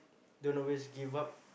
don't always give up